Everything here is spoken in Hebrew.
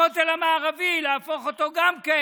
הכותל המערבי, להפוך אותו גם כן